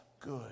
good